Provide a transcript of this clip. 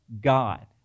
God